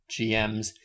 GMs